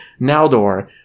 Naldor